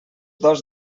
dos